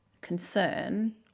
concern